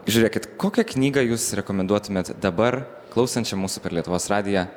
žiūrėkit kokią knygą jūs rekomenduotumėt dabar klausančiam mus per lietuvos radiją